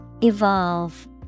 Evolve